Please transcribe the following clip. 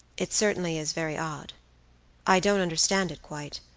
it certainly is very odd i don't understand it quite.